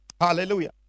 Hallelujah